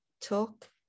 talk